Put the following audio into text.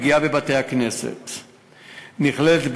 פגיעה בבתי-כנסת נכללת,